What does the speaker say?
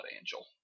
angel